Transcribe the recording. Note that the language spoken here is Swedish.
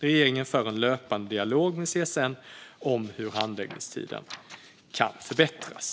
Regeringen för en löpande dialog med CSN om hur handläggningstiden kan förbättras.